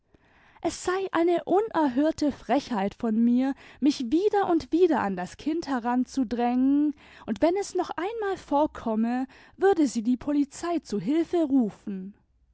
s sei eine unerhörte frechheit von mir mich wieder und wieder an das kind heranzudrängen und wenn es noch einmal vorkomme würden sie die polizei zu hilfe rufen